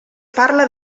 parla